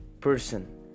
person